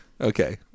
Okay